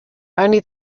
only